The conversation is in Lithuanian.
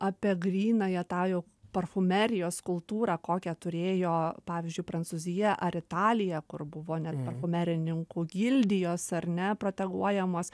apie grynąją tą jau parfumerijos kultūrą kokią turėjo pavyzdžiui prancūzija ar italija kur buvo net parfumerininkų gildijos ar ne proteguojamos